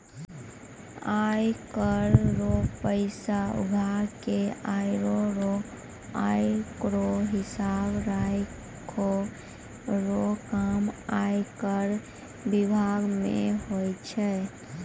आय कर रो पैसा उघाय के आरो ओकरो हिसाब राखै रो काम आयकर बिभाग मे हुवै छै